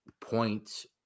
points